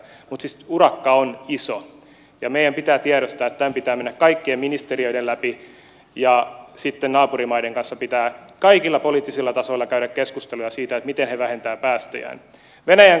mutta urakka on iso ja meidän pitää tiedostaa että tämän pitää mennä kaikkien ministeriöiden läpi ja sitten naapurimaiden kanssa pitää kaikilla poliittisilla tasoilla käydä keskusteluja siitä miten ne vähentävät päästöjään